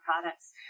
products